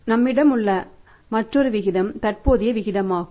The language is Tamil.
நம்மிடம் உள்ள மற்ற விகிதம் தற்போதைய விகிதமாகும்